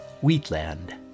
Wheatland